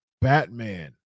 Batman